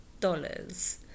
dollars